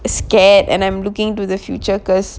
scared and I'm looking to the future because